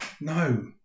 No